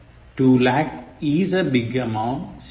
Two lakhs is a big amount ശരി